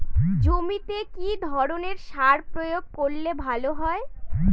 জমিতে কি ধরনের সার প্রয়োগ করলে ভালো হয়?